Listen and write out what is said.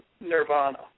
Nirvana